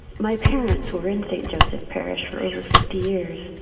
my parents were in st. joseph's parish for over fifty years.